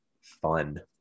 fun